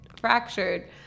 fractured